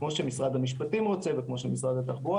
כפי שמשרד המשפטים רוצה וכפי שמשרד התחבורה